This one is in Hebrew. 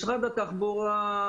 משרד התחבורה,